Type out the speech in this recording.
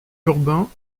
urbain